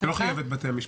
זה לא חייב את בתי המשפט.